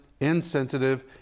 insensitive